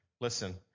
listen